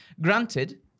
granted